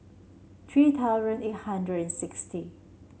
three thousand eight hundred and sixty